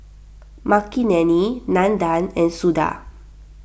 Makineni Nandan and Suda